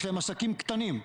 יש להם עסקים קטנים,